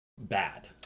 Bad